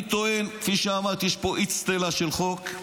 אני טוען, כפי שאמרתי, שיש פה אצטלה של חוק,